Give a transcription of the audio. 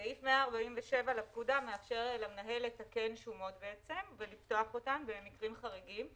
סעיף 147 לפקודה מאפשר למנהל לתקן שומות ולפתוח אותן במקרים חריגים.